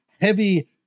heavy